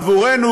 עבורנו,